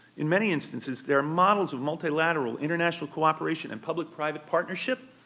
in many instances, there are models of multilateral international cooperation and public-private partnership,